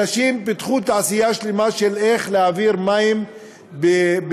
אנשים פיתחו תעשייה שלמה של איך להעביר מים בג'ריקנים,